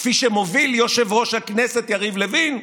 כפי שמוביל יושב-ראש הכנסת יריב לוין,